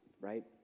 right